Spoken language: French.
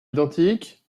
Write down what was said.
identiques